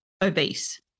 obese